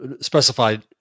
specified